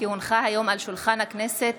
כי הונחה היום על שולחן הכנסת,